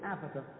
Africa